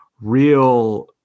real